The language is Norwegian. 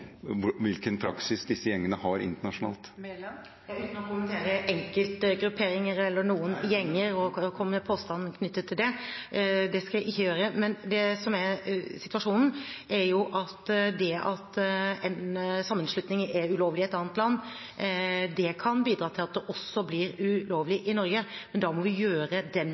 hvilken praksis disse gjengene har internasjonalt? Uten å kommentere enkeltgrupperinger eller noen gjenger og komme med påstander knyttet til det – det skal jeg ikke gjøre – kan jeg si at det som er situasjonen, er at det at en sammenslutning er ulovlig i et annet land, kan bidra til at den også blir ulovlig i Norge, men da må vi gjøre den